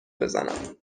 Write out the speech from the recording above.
بزنم